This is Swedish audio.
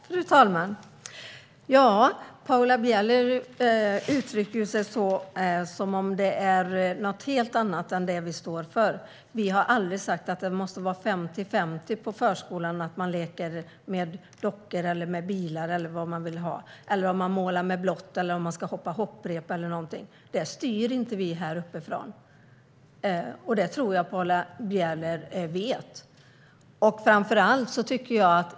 Fru talman! Paula Bieler uttrycker sig som att vi skulle stå för något helt annat. Vi har aldrig sagt att det måste vara 50-50 att leka med dockor eller bilar på förskolan eller att måla med blått eller hoppa hopprep. Det styr vi inte härifrån, och det tror jag att Paula Bieler vet.